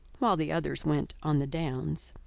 while the others went on the downs.